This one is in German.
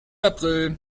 april